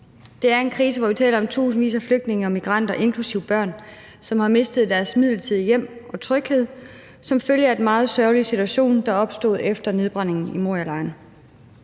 Det er en krise, hvor vi taler om tusindvis af flygtninge og migranter, inklusive børn, som har mistet deres midlertidige hjem og tryghed som følge af den meget sørgelige situation, der opstod efter nedbrændingen i Morialejren.